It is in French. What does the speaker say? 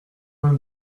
vingt